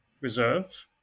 reserve